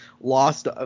lost